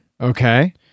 Okay